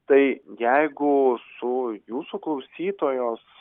tai jeigu su jūsų klausytojos